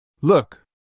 Look